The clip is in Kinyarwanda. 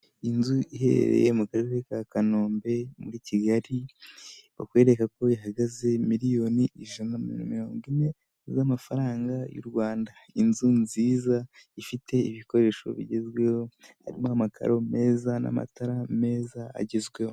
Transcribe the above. Inzu iherereye mu karere ka Kanombe muri Kigali, bakwereka ko yahagaze miliyoni ijana na mirongo ine z'amafaranga y'u Rwanda. Inzu nziza ifite ibikoresho bigezweho, harimo amakaro meza n'amatara meza agezweho.